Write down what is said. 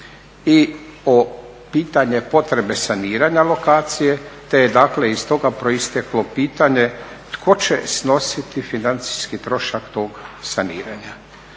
I pitanje potrebe saniranja lokacije, iz toga je proisteklo pitanje tko će snositi financijski trošak tog saniranja.